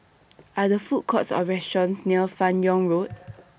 Are There Food Courts Or restaurants near fan Yoong Road